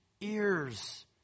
ears